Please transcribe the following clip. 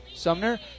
Sumner